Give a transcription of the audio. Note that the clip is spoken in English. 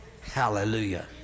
Hallelujah